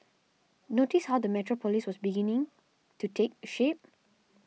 notice how the metropolis was beginning to take shape